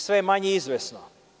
Sve je manje izvesno.